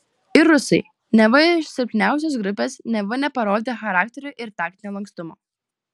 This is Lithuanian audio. ir rusai neva iš silpniausios grupės neva neparodę charakterio ir taktinio lankstumo